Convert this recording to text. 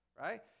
Right